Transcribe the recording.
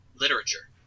literature